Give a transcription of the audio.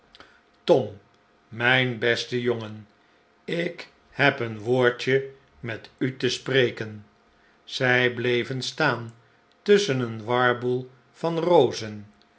tom mijn beste jongen ik heb een woordje met u te spreken zij bleven staan tusschen een warboel van rozen